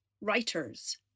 writers